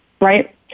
right